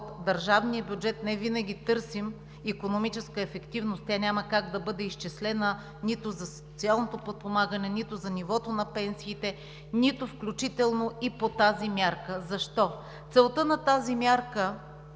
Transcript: държавния бюджет не винаги търсим икономическа ефективност. Тя няма как да бъде изчислена нито за социалното подпомагане, нито за нивото на пенсиите, нито включително и по тази мярка. Защо? Целта на тази мярка,